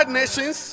nations